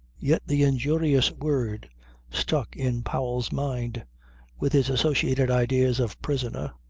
yet the injurious word stuck in powell's mind with its associated ideas of prisoner,